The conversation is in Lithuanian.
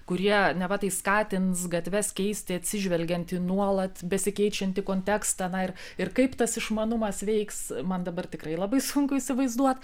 kurie neva tai skatins gatves keisti atsižvelgiant į nuolat besikeičiantį kontekstą na ir ir kaip tas išmanumas veiks man dabar tikrai labai sunku įsivaizduot